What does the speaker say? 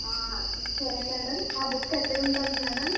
ఆ సరే మేడం ఆ బుక్ ఎక్కడ ఉంటుంది మేడం